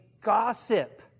gossip